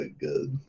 good